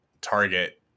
target